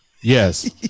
Yes